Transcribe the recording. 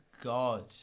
God